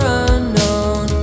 unknown